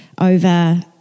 over